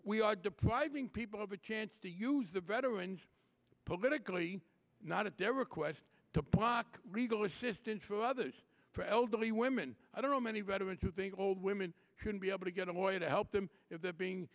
we are depriving people of a chance to use the veterans politically not at their request to block regal assistance to others for elderly women i don't know many veterans who think old women should be able to get a lawyer to help them if they're being